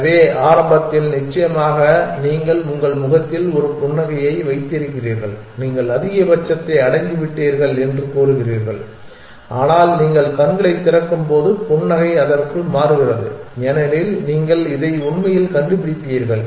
எனவே ஆரம்பத்தில் நிச்சயமாக நீங்கள் உங்கள் முகத்தில் ஒரு புன்னகையை வைத்திருக்கிறீர்கள் நீங்கள் அதிகபட்சத்தை அடைந்துவிட்டீர்கள் என்று கூறுகிறீர்கள் ஆனால் நீங்கள் கண்களைத் திறக்கும்போது புன்னகை அதற்குள் மாறுகிறது ஏனெனில் நீங்கள் இதை உண்மையில் கண்டுபிடிப்பீர்கள்